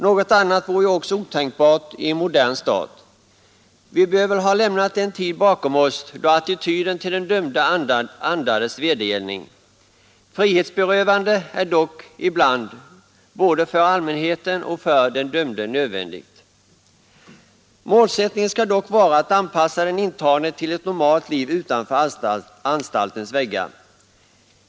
Något annat vore ju också otänkbart i en modern stat. Vi bör väl ha lämnat den tid bakom oss då attityden till den dömde andades vedergällning. Frihetsberövande är dock ibland både för allmänheten och för den dömde nödvändigt. Men målsättningen skall vara att anpassa den intagne till ett normalt liv utanför anstaltens väggar.